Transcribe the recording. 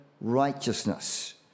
righteousness